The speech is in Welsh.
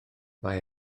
mae